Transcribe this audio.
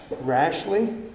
rashly